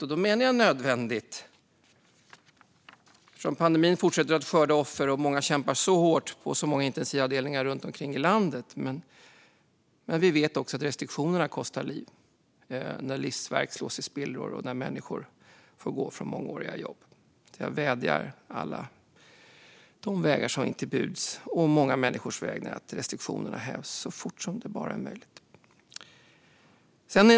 Och då menar jag "nödvändigt", eftersom pandemin fortsätter att skörda offer och många kämpar så hårt på så många intensivavdelningar runt omkring i landet. Men vi vet att också restriktionerna kostar liv när livsverk slås i spillror och människor får gå från mångåriga jobb. Jag vädjar till er på alla vägar som står till buds, och å många människors vägnar, att häva restriktionerna så fort som det bara är möjligt.